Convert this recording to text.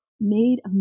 Made